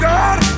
God